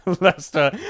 Lester